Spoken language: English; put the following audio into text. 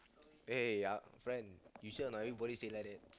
eh ya friend you sure or not everybody say like that